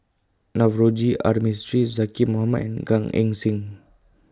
Navroji R Mistri Zaqy Mohamad and Gan Eng Seng